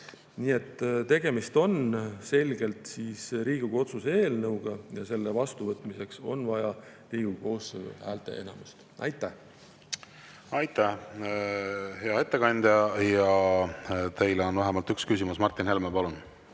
Nii et tegemist on selgelt Riigikogu otsuse eelnõuga ja selle vastuvõtmiseks on vaja Riigikogu koosseisu häälteenamust. Aitäh! Aitäh, hea ettekandja! Teile on vähemalt üks küsimus. Martin Helme, palun!